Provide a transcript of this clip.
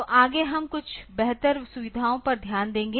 तो आगे हम कुछ बेहतर सुविधाओं पर ध्यान देंगे